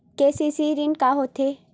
KCC ऋण का होथे?